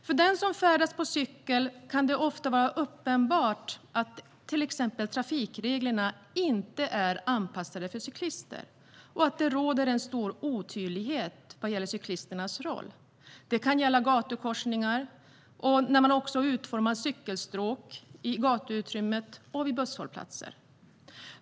För den som färdas på cykel kan det ofta vara uppenbart att till exempel trafikreglerna inte är anpassade för cyklister och att det råder en stor otydlighet vad gäller cyklisternas roll. Detta kan gälla gatukorsningar och när man utformar cykelstråk i gatuutrymmet och vid busshållplatser.